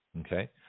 Okay